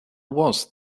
was